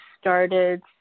started